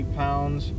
pounds